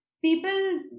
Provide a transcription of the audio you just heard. people